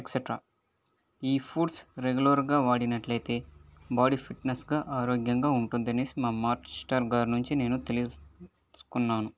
extra ఈ foods regular గా వాడినట్లయితే బాడీ ఫిట్నెస్ గా ఆరోగ్యంగా ఉంటుందనేసి మా మాస్టర్ గారి నుంచి నేను తెలియసుకున్నాను